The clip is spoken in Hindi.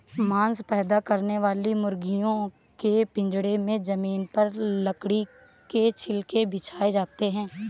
मांस पैदा करने वाली मुर्गियों के पिजड़े में जमीन पर लकड़ी के छिलके बिछाए जाते है